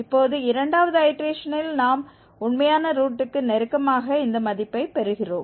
இப்போது இரண்டாவது ஐடேரேஷனில் நாம் உண்மையான ரூட்டுக்கு நெருக்கமாக இந்த மதிப்பை பெறுகிறோம்